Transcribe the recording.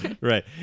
Right